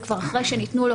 זה כבר אחרי שניתנו לו